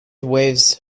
weighs